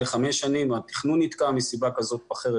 חמש שנים והתכנון נתקע מסיבה כזו או אחרת.